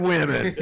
Women